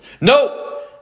No